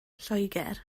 lloegr